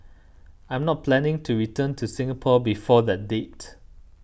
I'm not planning to return to Singapore before that date